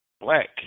black